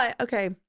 okay